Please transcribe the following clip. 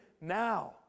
now